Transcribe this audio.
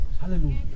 Hallelujah